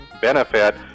benefit